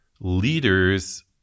leaders